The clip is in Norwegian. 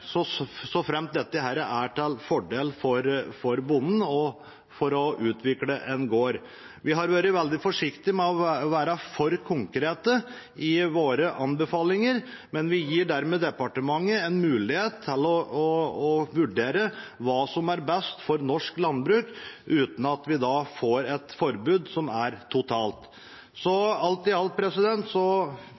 så fremt det er til fordel for bonden og for å utvikle en gård. Vi har vært veldig forsiktig med å være for konkrete i våre anbefalinger, men vi gir dermed departementet en mulighet til å vurdere hva som er best for norsk landbruk, uten at vi får et totalforbud. Så alt i alt mener flertallet at dette er en god middelvei for å få utvikling i